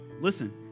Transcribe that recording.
Listen